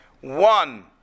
one